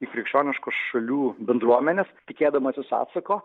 į krikščioniškų šalių bendruomenes tikėdamasis atsako